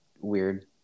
weird